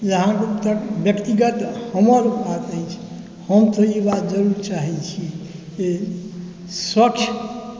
जहाँ तक व्यक्तिगत हमर बात अछि हम तऽ ई बात जरूर चाहै छी जे स्वक्ष